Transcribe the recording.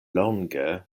longe